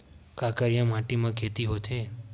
का करिया माटी म खेती होथे?